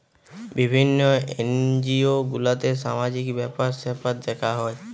বিভিন্ন এনজিও গুলাতে সামাজিক ব্যাপার স্যাপার দেখা হয়